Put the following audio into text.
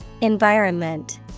Environment